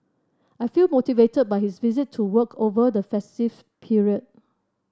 I feel motivated by his visit to work over the festive period